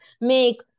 make